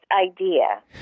idea